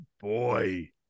boy